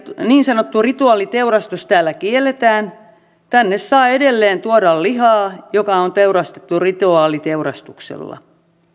niin sanottu rituaaliteurastus täällä kielletään tänne saa edelleen tuoda lihaa joka on teurastettu rituaaliteurastuksella